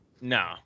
no